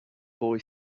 boy